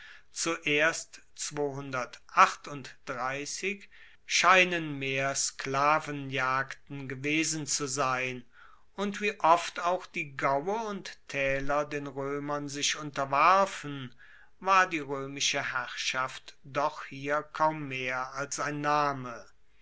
scheinen mehr sklavenjagden gewesen zu sein und wie oft auch die gaue und taeler den roemern sich unterwarfen war die roemische herrschaft doch hier kaum mehr als ein name